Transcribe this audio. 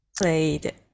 played